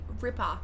ripper